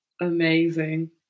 amazing